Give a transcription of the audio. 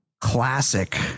classic